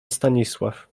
stanisław